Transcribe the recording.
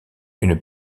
une